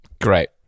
great